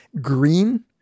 green